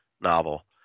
novel